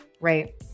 right